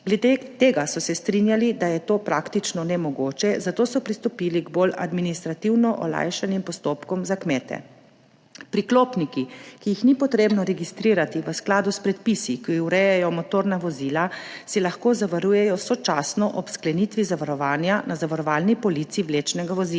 tega so se strinjali, da je to praktično nemogoče, zato so pristopili k bolj administrativno olajšanim postopkom za kmete. Priklopniki, ki jih ni treba registrirati v skladu s predpisi, ki urejajo motorna vozila, se lahko zavarujejo sočasno ob sklenitvi zavarovanja na zavarovalni polici vlečnega vozila.